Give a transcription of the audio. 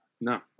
No